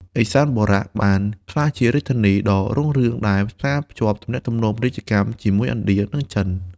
ឦសានបុរៈបានក្លាយជារាជធានីដ៏រុងរឿងដែលផ្សារភ្ជាប់ទំនាក់ទំនងពាណិជ្ជកម្មជាមួយឥណ្ឌា និងចិន។